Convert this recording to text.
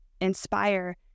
inspire